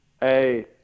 Hey